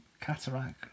cataract